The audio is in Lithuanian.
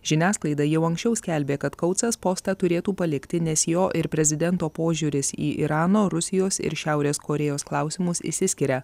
žiniasklaida jau anksčiau skelbė kad koutsas postą turėtų palikti nes jo ir prezidento požiūris į irano rusijos ir šiaurės korėjos klausimus išsiskiria